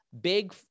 big